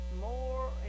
more